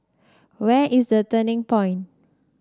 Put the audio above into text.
where is The Turning Point